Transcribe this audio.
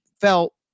felt